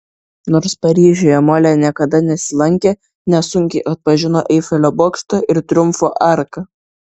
nors paryžiuje molė niekada nesilankė nesunkiai atpažino eifelio bokštą ir triumfo arką